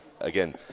again